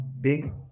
big